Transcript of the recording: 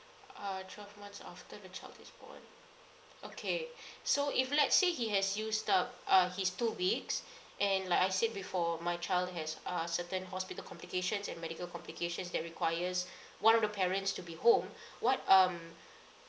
uh twelve months of till the child is born okay so if let's say he has used up uh his two weeks and like I said before my child has uh certain hospital complications and medical complications that requires one of the parents to be home what um